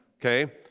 okay